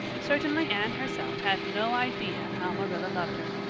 certainly anne herself had no idea how marilla loved her.